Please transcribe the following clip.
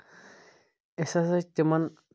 أسۍ حظ ٲسۍ تِمن